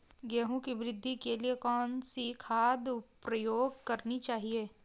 गेहूँ की वृद्धि के लिए कौनसी खाद प्रयोग करनी चाहिए?